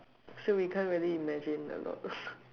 so we can't really imagine a lot